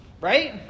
right